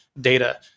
data